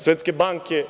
Svetske banke?